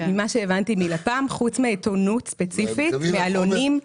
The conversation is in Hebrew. חוץ מעיתונות ספציפית ועלונים,